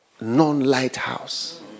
non-lighthouse